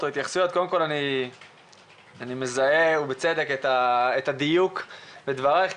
אני מזהה ובצדק את הדיוק בדבריך,